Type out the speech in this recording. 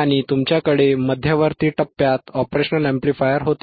आणि तुमच्याकडे मध्यवर्ती टप्प्यात OP Amp होते